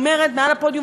מעל הפודיום,